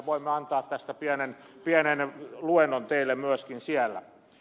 voimme antaa tästä pienen luennon teille myöskin siellä